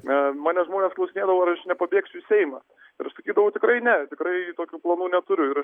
a mane žmonės klausinėdavo ar aš nepabėgsiu seimą ir aš sakydavau tikrai ne tikrai tokių planų neturiu ir